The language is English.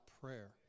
prayer